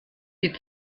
die